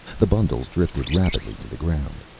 the bundles drifted rapidly to the ground.